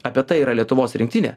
apie tai yra lietuvos rinktinė